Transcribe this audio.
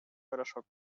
порошок